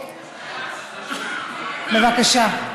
בבקשה.